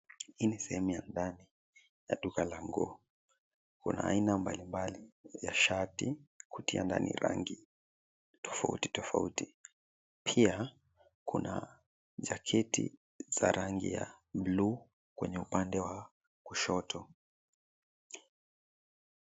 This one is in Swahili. Hii ni sehemu ya ndani ya duka la nguo. Kuna aina mbalimbali ya shati, koti ya ndani ya rangi tofauti tofauti. Pia kuna jaketi za rangi ya buluu kwenye upande wa kushoto.